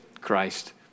Christ